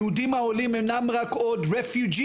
היהודים העולים אינם רק עוד פליטים,